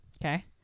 Okay